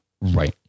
Right